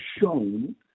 shown